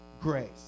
grace